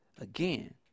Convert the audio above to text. again